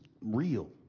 real